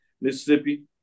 Mississippi